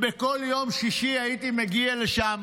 ובכל יום שישי הייתי מגיע לשם,